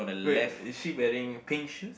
wait is she wearing pink shoes